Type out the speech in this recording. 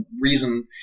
reason